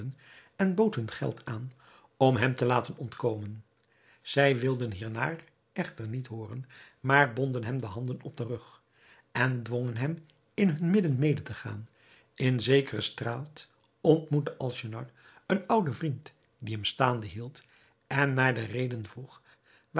en bood hun geld aan om hem te laten ontkomen zij wilden hiernaar echter niet hooren maar bonden hem de handen op den rug en dwongen hem in hun midden mede te gaan in zekere straat ontmoette alnaschar een ouden vriend die hem staande hield en naar de reden vroeg